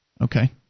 Okay